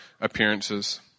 appearances